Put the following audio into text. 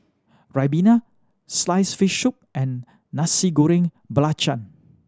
ribena sliced fish soup and Nasi Goreng Belacan